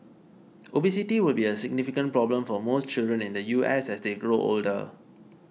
obesity will be a significant problem for most children in the U S as they grow older